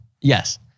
Yes